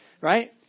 right